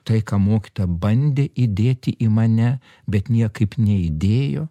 tai ką mokytoja bandė įdėti į mane bet niekaip neįdėjo